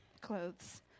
Clothes